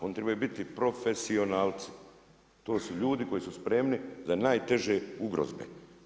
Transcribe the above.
Oni trebaju biti profesionalci, to su ljudi koji su spremni za najteže ugrozbe.